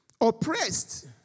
Oppressed